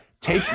take